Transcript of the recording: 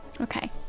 okay